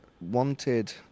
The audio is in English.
wanted